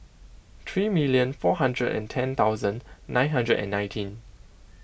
three million four hurdred and ten thousand nine hundred and nineteen